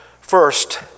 First